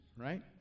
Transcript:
right